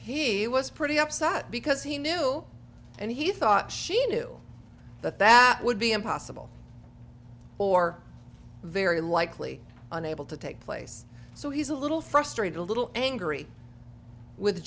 he was pretty upset because he knew and he thought she knew that that would be impossible or very likely unable to take place so he's a little frustrated a little angry with